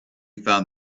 found